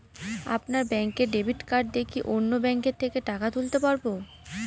আপনার ব্যাংকের debit card দিয়ে কি অন্য ব্যাংকের থেকে টাকা তুলতে পারবো?